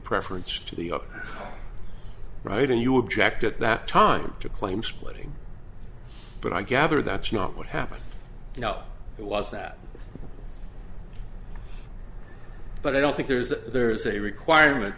preference to the other right and you object at that time to claim splitting but i gather that's not what happened you know it was that but i don't think there's a there's a requirement